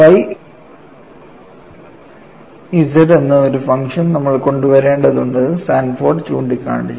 Y z എന്ന ഒരു function നമ്മൾ കൊണ്ടുവരേണ്ടതുണ്ടെന്ന് സാൻഫോർഡ് ചൂണ്ടിക്കാട്ടി